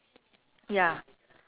ya